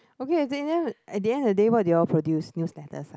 okay at the end~ at the end of the day what you all produce new status ah